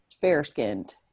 fair-skinned